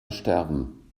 sterben